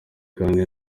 kandi